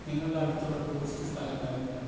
നിങ്ങളുടെ അടുത്തുള്ള ടൂറിസ്റ്റ് സ്ഥലങ്ങൾ ഏതൊക്കെയാണ്